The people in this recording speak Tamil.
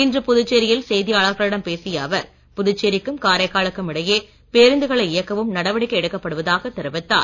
இன்று புதுச்சேரியில் செய்தியாளர்களிடம் பேசிய அவர் புதுச்சேரிக்கும் காரைக்காலுக்கும் இடையே பேருந்துகளை இயக்கவும் நடவடிக்கை எடுக்கப்படுவதாக தெரிவித்தார்